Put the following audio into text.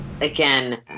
Again